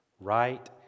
right